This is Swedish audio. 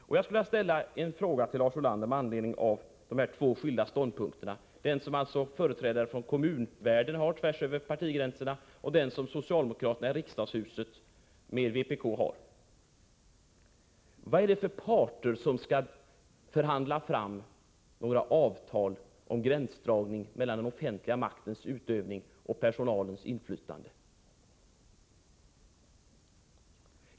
Jag skulle vilja ställa en 33 fråga till Lars Ulander med anledning av att det finns två skilda ståndpunkter —- den som företrädare för kommunvärlden har, tvärs över partigränserna, och den som socialdemokraterna i riksdagshuset och vpk har: Vad är det för parter som skall förhandla fram avtal om gränsdragning mellan utövandet av den offentliga makten och personalens inflytande?